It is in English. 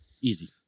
Easy